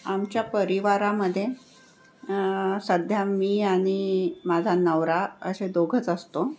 आमच्या परिवारामध्ये सध्या मी आणि माझा नवरा असे दोघंच असतो